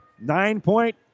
nine-point